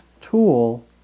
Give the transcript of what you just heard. tool